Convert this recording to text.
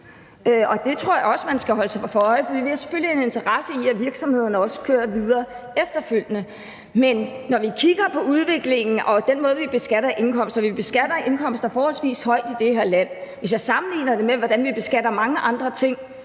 Det tror jeg også at man skal holde sig for øje. Vi har selvfølgelig en interesse i, at virksomhederne også kører videre efterfølgende. Men når vi kigger på den måde, som vi beskatter indkomster på, så beskatter vi indkomster forholdsvis højt i det her land, og hvis jeg sammenligner det med, hvordan vi beskatter mange andre ting,